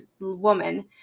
woman